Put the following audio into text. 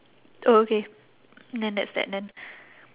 orh okay then that's that done